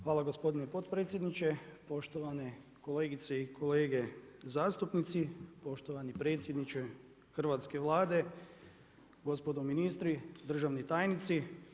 Hvala gospodine potpredsjedniče, poštovane kolegice i kolege zastupnici, poštovani predsjedniče hrvatske Vlade, gospodo ministri, državni tajnici.